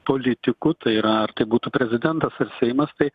politikų tai yra ar tai būtų prezidentas ar seimas tai